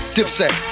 Dipset